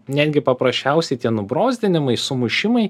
netgi paprasčiausiai tie nubrozdinimai sumušimai